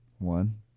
One